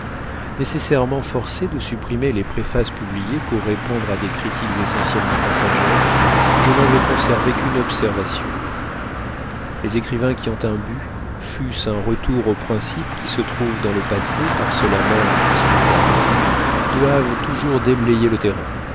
nécessairement forcé de supprimer les préfaces publiées pour répondre à des critiques essentiellement passagères je n'en veux conserver qu'une observation les écrivains qui ont un but fût-ce un retour aux principes qui se trouvent dans le passé par cela même qu'ils sont éternels doivent toujours déblayer le terrain